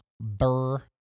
Burr